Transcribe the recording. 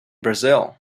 brazil